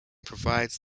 provides